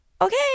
okay